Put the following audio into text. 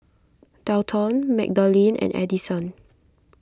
Delton Magdalene and Addison